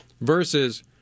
Versus